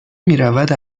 میرود